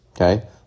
Okay